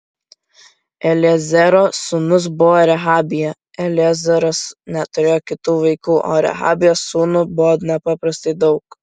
eliezero sūnus buvo rehabija eliezeras neturėjo kitų vaikų o rehabijos sūnų buvo nepaprastai daug